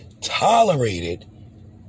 tolerated